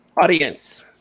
Audience